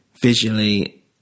visually